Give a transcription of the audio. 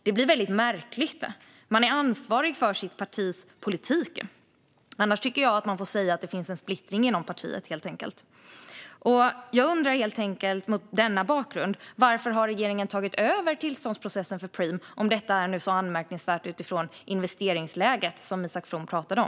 Det blir väldigt märkligt. Man är ansvarig för sitt partis politik. Annars tycker jag att man får säga att finns en splittring inom partiet, helt enkelt. Mot denna bakgrund undrar jag varför regeringen har tagit över tillståndsprocessen för Preem, om detta nu är så anmärkningsvärt utifrån det investeringsläge som Isak From pratade om.